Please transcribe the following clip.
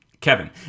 Kevin